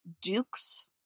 Duke's